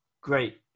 Great